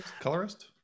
Colorist